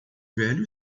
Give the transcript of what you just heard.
velho